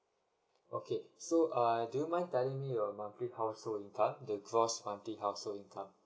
okay so uh do you mind telling me your monthly household income the gross monthly household income